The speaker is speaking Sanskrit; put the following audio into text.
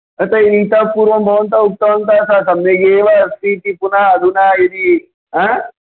अतः इतः पूर्वं भवन्तः उक्तवन्तः सम्यगेव अस्ति इति पुनः अधुना यदि आ